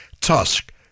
tusk